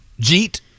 Jeet